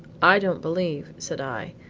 i don't believe, said i,